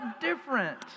different